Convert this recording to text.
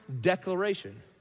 declaration